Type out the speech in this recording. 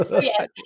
yes